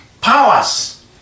powers